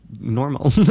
normal